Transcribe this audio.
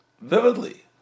vividly